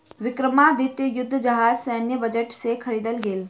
विक्रमादित्य युद्ध जहाज सैन्य बजट से ख़रीदल गेल